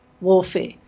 warfare